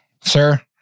Sir